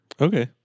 Okay